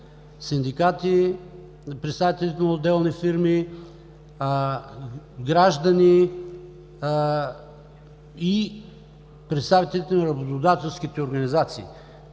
синдикати, представители на отделни фирми, граждани и представителите на работодателските организации.